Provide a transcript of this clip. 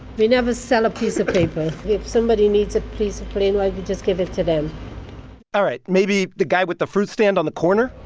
we never sell a piece of paper. if somebody needs a piece of plain white, we just give it to them all right, maybe the guy with the fruit stand on the corner?